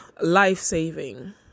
life-saving